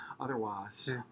otherwise